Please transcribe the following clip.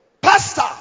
Pastor